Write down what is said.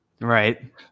right